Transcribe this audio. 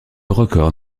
record